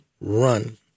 run